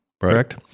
correct